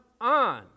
on